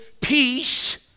peace